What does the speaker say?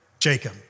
Jacob